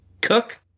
Cook